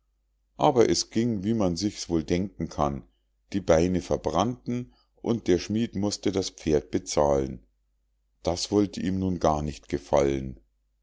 aber es ging wie man sich's wohl denken kann die beine verbrannten und der schmied mußte das pferd bezahlen das wollte ihm nun gar nicht gefallen